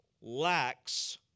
lacks